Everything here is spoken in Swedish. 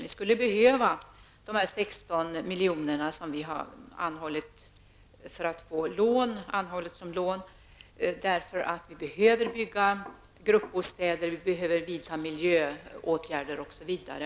Vi skulle behöva de 16 milj.kr. som vi anhållit att få som lån, och det står också i kommunens framställan, eftersom vi behöver bygga gruppbostäder och vidta miljöåtgärder osv.